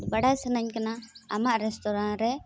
ᱵᱟᱲᱟᱭ ᱥᱟᱱᱟᱧ ᱠᱟᱱᱟ ᱟᱢᱟᱜ ᱨᱮᱥᱴᱩᱨᱮᱱᱴ ᱨᱮ